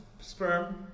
sperm